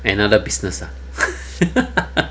another business ah